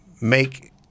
make